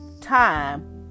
time